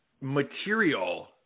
material